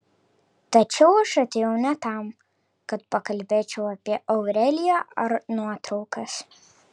tačiau aš atėjau ne tam kad pakalbėčiau apie aureliją ar nuotraukas